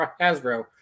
Hasbro